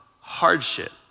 hardship